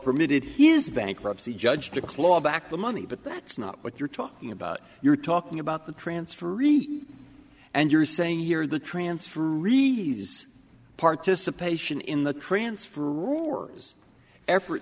permitted his bankruptcy judge to claw back the money but that's not what you're talking about you're talking about the transfer and you're saying here the transfer fees participation in the transfer roars effort